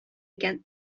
икән